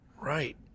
Right